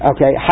Okay